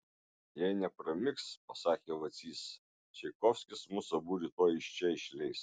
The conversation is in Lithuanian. jei nepramigs pasakė vacys čaikovskis mus abu rytoj iš čia išleis